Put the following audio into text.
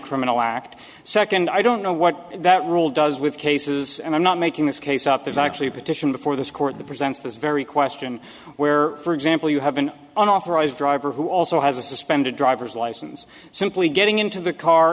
criminal act second i don't know what that rule does with cases and i'm not making this case up there's actually a petition before this court that presents this very question where for example you have an authorized driver who also has a suspended driver's license simply getting into the car